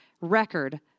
record